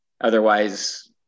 otherwise